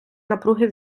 напруги